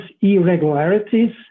irregularities